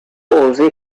عرضهی